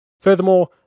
Furthermore